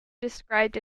described